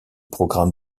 programmes